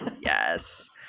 yes